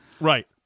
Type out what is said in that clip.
Right